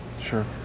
Sure